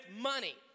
money